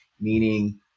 meaning